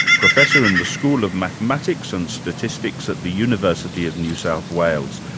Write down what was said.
professor in the school of mathematics and statistics at the university of new south wales.